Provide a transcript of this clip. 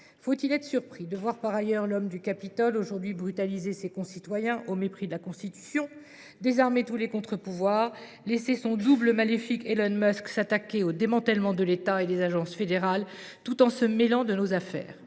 Faut il être surpris de voir l’homme de la Maison Blanche aujourd’hui brutaliser ses concitoyens au mépris de la Constitution, désarmer tous les contre pouvoirs, laisser son double maléfique, Elon Musk, s’attaquer au démantèlement de l’État et des agences fédérales, tout en se mêlant de nos affaires ?